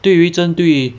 对于针对